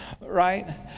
right